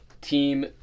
team